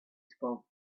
spoke